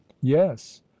yes